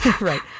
right